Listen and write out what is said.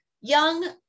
Young